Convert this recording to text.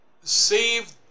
save